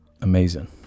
amazing